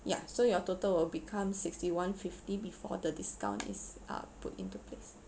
yeah so you total will become sixty-one fifty before the discount is uh put into place